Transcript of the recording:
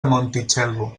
montitxelvo